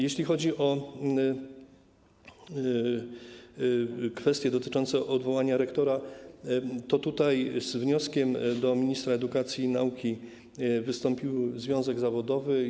Jeśli chodzi o kwestie dotyczące odwołania rektora, to z wnioskiem do ministra edukacji i nauki wystąpił związek zawodowy.